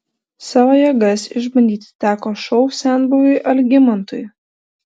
savo jėgas išbandyti teko šou senbuviui algimantui